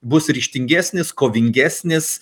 bus ryžtingesnis kovingesnis